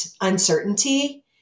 uncertainty